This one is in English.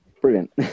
brilliant